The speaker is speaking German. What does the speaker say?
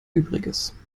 übriges